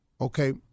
okay